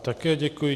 Také děkuji.